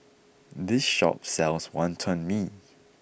this shop sells Wonton Mee